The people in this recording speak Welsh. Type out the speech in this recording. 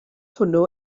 hwnnw